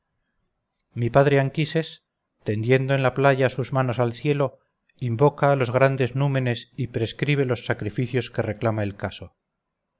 mi padre anquises tendiendo en la playa sus manos al cielo invoca a los grandes númenes y prescribe los sacrificios que reclama el caso